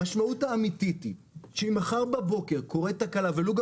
המשמעות האמיתית היא שאם מחר בבוקר קורית תקלה ולו גם